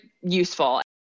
useful